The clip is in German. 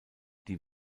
die